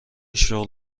شغل